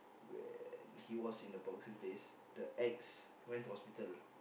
when he was in the boxing place the ex went to hospital